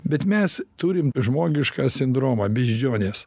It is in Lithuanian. bet mes turim žmogišką sindromą beždžionės